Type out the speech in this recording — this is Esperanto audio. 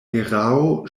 erao